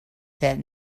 that